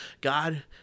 God